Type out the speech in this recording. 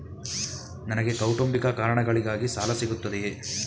ನನಗೆ ಕೌಟುಂಬಿಕ ಕಾರಣಗಳಿಗಾಗಿ ಸಾಲ ಸಿಗುತ್ತದೆಯೇ?